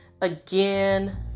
Again